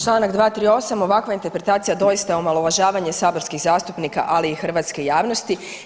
Čl. 238., ovakva interpretacija je doista omalovažavanje saborskih zastupnika, ali i hrvatske javnosti.